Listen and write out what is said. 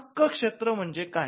हक्क क्षेत्र म्हणजे काय